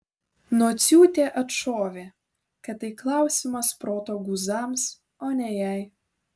nociūtė atšovė kad tai klausimas proto guzams o ne jai